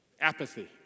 apathy